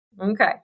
Okay